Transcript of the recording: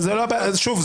שוב,